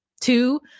Two